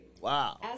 Wow